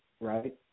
right